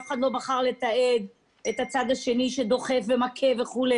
אף אחד לא בחר לתעד את הצד השני שדוחף ומכה וכו'.